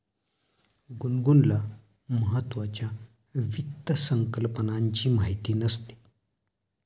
गुनगुनला महत्त्वाच्या वित्त संकल्पनांची माहिती नसते